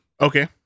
Okay